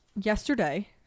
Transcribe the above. yesterday